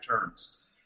returns